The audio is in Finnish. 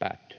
”Työttömänä